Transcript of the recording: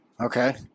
Okay